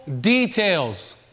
details